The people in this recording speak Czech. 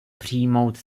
přijmout